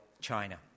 China